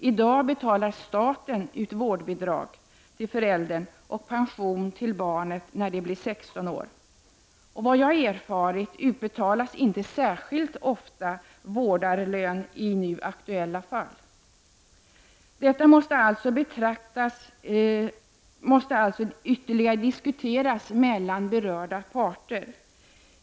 I dag betalar staten ut vårdbidrag till föräldern och pension till barnet när det blir 16 år. Så vitt jag har erfarit utbetalas inte särskilt ofta vårdarlön i nu aktuella fall. Detta måste alltså ytterligare diskuteras mellan berörda parter.